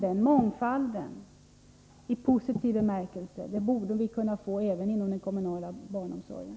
En mångfald, i positiv bemärkelse, borde vi kunna få också inom den kommunala barnomsorgen.